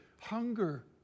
hunger